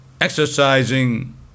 Exercising